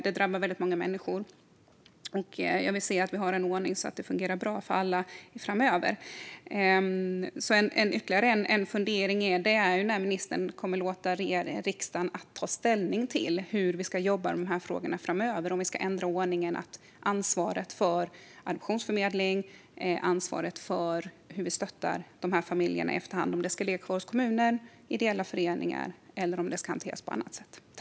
Det drabbar väldigt många människor, och jag vill se att vi har en ordning så att det fungerar bra för alla framöver. Ytterligare en fundering är när ministern kommer att låta riksdagen ta ställning till hur vi ska jobba med de här frågorna framöver och om vi ska ha kvar ordningen att ansvaret för adoptionsförmedling och för hur vi stöttar de här familjerna i efterhand ligger hos kommunen och ideella föreningar eller om det ska hanteras på annat sätt.